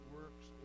works